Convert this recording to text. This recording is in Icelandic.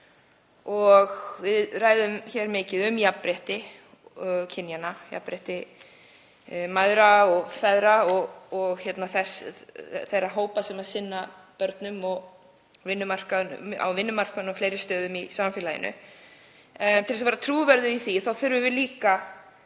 Við ræðum mikið um jafnrétti kynjanna, jafnrétti mæðra og feðra og þeirra hópa sem sinna börnum og á vinnumarkaðnum og fleiri stöðum í samfélaginu. Til að vera trúverðug í því þurfum við líka